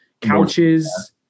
couches